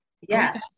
Yes